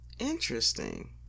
interesting